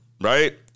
right